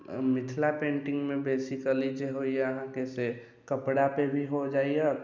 मिथिला पेंटिंगमे बेसीकली जे होइए अहाँके से कपड़ापे भी हो जाइए